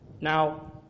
Now